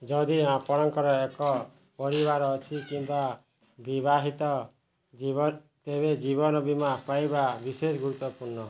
ଯଦି ଆପଣଙ୍କର ଏକ ପରିବାର ଅଛି କିମ୍ବା ବିବାହିତ ଜୀବନ ତେବେ ଜୀବନ ବୀମା ପାଇବା ବିଶେଷ ଗୁରୁତ୍ୱପୂର୍ଣ୍ଣ